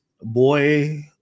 Boy